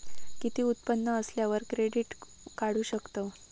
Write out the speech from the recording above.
किती उत्पन्न असल्यावर क्रेडीट काढू शकतव?